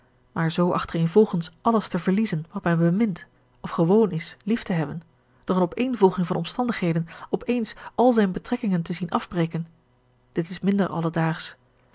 maar zoo achtereenvolgens alles te verliezen wat men bemint of gewoon is lief te hebben door eene opeenvolging van omstandigheden op eens al zijne betrekkingen te zien afbreken dit is minder alledaags